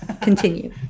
Continue